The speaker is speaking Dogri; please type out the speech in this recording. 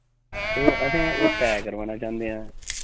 ते ओह् असें ओह् पैक करवाना चांह्दे आं